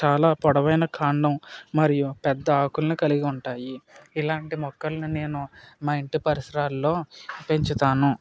చాలా పొడవైన కాండం మరియు పెద్ద ఆకులని కలిగి ఉంటాయి ఇలాంటి మొక్కల్ని నేను మా ఇంటి పరిసరాల్లో పెంచుతాను